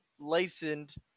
licensed